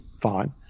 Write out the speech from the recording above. fine